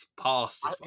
past